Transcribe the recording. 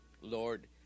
Lord